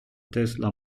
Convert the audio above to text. tesla